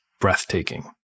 breathtaking